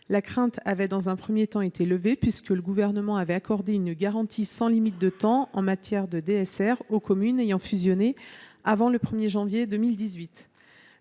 crainte avait, dans un premier temps, été levée, puisque le Gouvernement avait accordé une garantie, sans limites de temps, en matière de DSR, aux communes ayant fusionné avant le 1 janvier 2018.